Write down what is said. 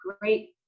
great